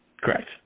Correct